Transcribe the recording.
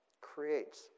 creates